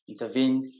intervened